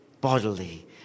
bodily